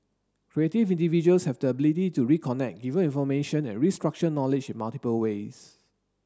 creative individuals have the ability to reconnect given information and restructure knowledge in multiple ways